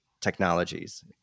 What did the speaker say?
technologies